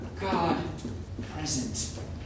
God-present